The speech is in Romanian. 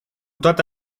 toate